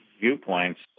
viewpoints